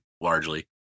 largely